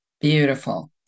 Beautiful